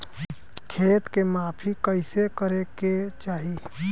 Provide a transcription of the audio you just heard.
खेत के माफ़ी कईसे करें के चाही?